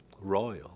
royal